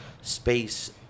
space